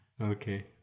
Okay